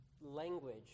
language